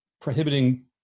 prohibiting